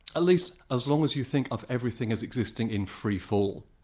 at least as long as you think of everything as existing in free fall,